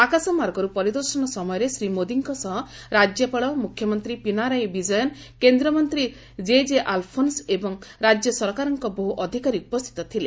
ଆକାଶମାର୍ଗରୁ ପରିଦର୍ଶନ ସମୟରେ ଶ୍ରୀ ମୋଦିଙ୍କ ସହ ରାଜ୍ୟପାଳ ମୁଖ୍ୟମନ୍ତ୍ରୀ ପିନାରାୟି ବିକୟନ୍ କେନ୍ଦ୍ରମନ୍ତ୍ରୀ କେଜେ ଆଲ୍ଫୋନ୍ସ୍ ଏବଂ ରାଜ୍ୟ ସରକାରଙ୍କ ବହୁ ଅଧିକାରୀ ଉପସ୍ଥିତ ଥିଲେ